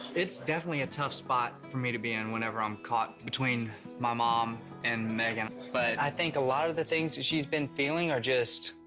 it's definitely a tough spot for me to be in whenever i'm caught between my mom and meghan. but i think a lot of the things that she's been feeling are just,